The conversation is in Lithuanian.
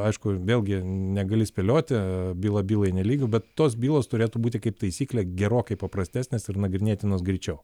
aišku vėlgi negali spėlioti byla bylai nelygu bet tos bylos turėtų būti kaip taisyklė gerokai paprastesnės ir nagrinėtinos greičiau